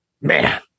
man